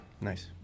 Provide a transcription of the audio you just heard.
Nice